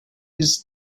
his